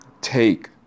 take